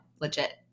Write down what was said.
legit